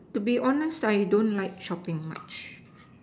to be honest I don't like shopping much